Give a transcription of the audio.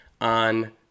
on